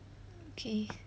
okay